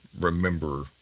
remember